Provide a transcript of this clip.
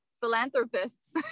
philanthropists